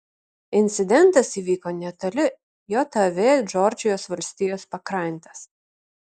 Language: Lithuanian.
incidentas įvyko netoli jav džordžijos valstijos pakrantės